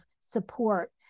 support